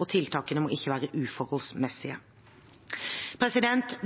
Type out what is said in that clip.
og tiltakene må ikke være uforholdsmessige.